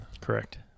Correct